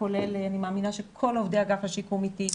אני מאמינה שכל עובדי אגף השיקום איתי,